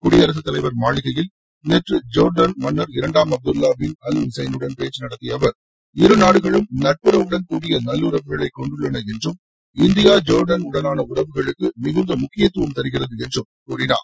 குடியரசுத்தலைவர் மாளிகையில் நேற்று ஜோர்டான் மன்னர் இரண்டாம் அப்துல்லா பின் அல் உசைனுடன் பேச்சு நடத்திய அவர் இருநாடுகளும் நட்புறவுடன் கூடிய நல்லுறவுகளை கொண்டுள்ளன என்றும் இந்தியா ஜோர்டான் உடனான உறவுகளுக்கு மிகுந்த முக்கியத்துவம் தருகிறது என்றும் கூறினார்